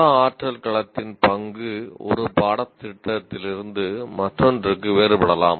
உள ஆற்றல் களத்தின் பங்கு ஒரு பாடத்திட்டத்திலிருந்து மற்றொன்றுக்கு வேறுபடலாம்